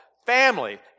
Family